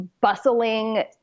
bustling